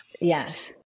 Yes